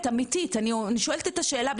אני שואלת את השאלה הזו.